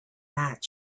matt